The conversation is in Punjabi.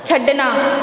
ਛੱਡਣਾ